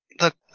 Look